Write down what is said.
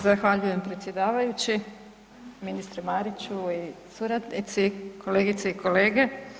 Zahvaljujem predsjedavajući, ministre Mariću i suradnici, kolegice i kolege.